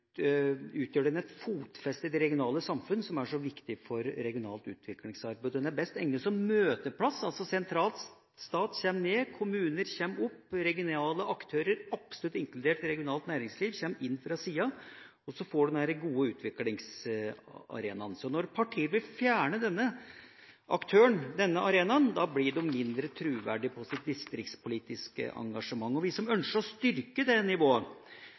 utgjør den et fotfeste i det regionale samfunn som er så viktig for regionalt utviklingsarbeid. Den er best egnet som møteplass – altså at sentral stat kommer ned, at kommuner kommer opp, og at regionale aktører – absolutt inkludert regionalt næringsliv – kommer inn fra sida. Så får du den gode utviklingsarenaen. Når så partier vil fjerne den aktøren, denne arenaen, blir de mindre troverdige i sitt distriktspolitiske engasjement. Vi som ønsker å styrke det nivået